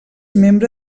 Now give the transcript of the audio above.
membre